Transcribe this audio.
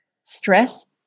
Stress